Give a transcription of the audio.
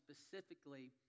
specifically